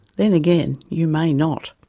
then again, you may not,